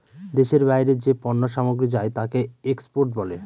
দেশের বাইরে যে পণ্য সামগ্রী যায় তাকে এক্সপোর্ট বলে